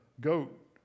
goat